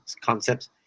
concepts